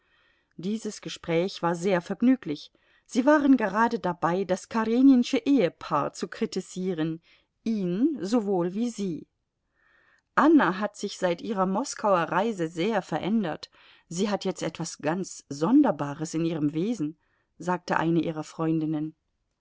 dieses gespräch war sehr vergnüglich sie waren gerade dabei das kareninsche ehepaar zu kritisieren ihn sowohl wie sie anna hat sich seit ihrer moskauer reise sehr verändert sie hat jetzt etwas ganz sonderbares in ihrem wesen sagte eine ihrer freundinnen